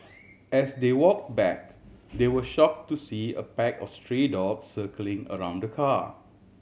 as they walk back they were shock to see a pack of stray dogs circling around the car